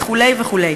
וכו' וכו'.